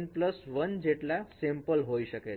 N1 જેટલા sample હોય શકે છે